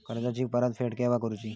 कर्जाची परत फेड केव्हा करुची?